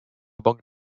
banque